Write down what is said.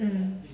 mm